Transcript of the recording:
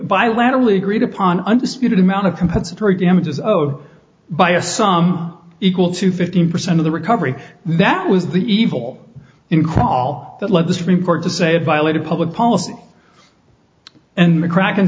bilaterally agreed upon undisputed amount of compensatory damages of bias some equal to fifteen percent of the recovery that was the evil in crawl that led the supreme court to say it violated public policy and mccracken